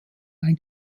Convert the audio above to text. ein